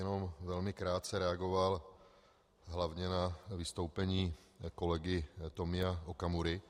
Jen velmi krátce bych reagoval hlavně na vystoupení kolegy Tomia Okamury.